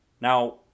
Now